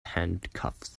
handcuffs